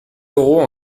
euros